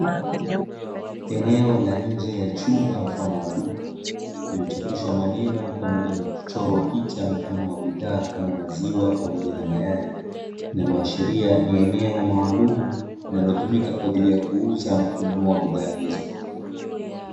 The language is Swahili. Eneo la nje ya chumba mfano wa duka lililochapishwa maneno pamoja na kuchorwa picha mfano wa bidhaa kama maziwa pamoja mayai, linaloashiria ni eneo maalumu linalotumika kwa ajili ya kuuza na kununua bidhaa hizo.